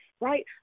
right